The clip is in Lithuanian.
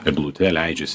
eglute leidžiasi